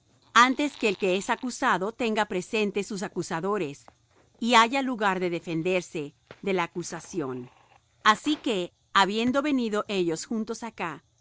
antes que el que es acusado tenga presentes sus acusadores y haya lugar de defenderse de la acusación así que habiendo venido ellos juntos acá